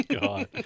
God